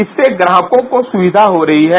इससे ग्राहकों को सुविधा हो रही है